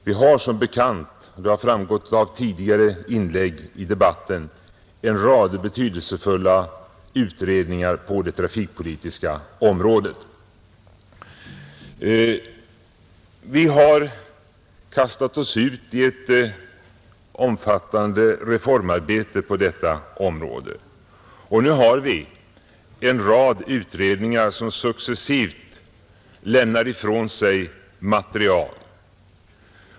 Vi har som bekant — det framgår av tidigare inlägg i debatten — en rad betydelsefulla utredningar på det trafikpolitiska området. Vi har kastat oss ut i ett omfattande reformarbete på detta område, och nu har vi en rad utredningar som successivt lämnar ifrån sig material.